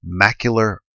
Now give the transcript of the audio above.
macular